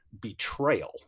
betrayal